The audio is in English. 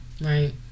Right